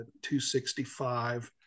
265